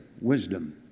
wisdom